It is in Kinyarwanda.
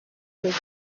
ikindi